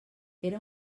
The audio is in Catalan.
era